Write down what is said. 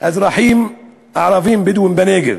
האזרחים הערבים-בדואים בנגב?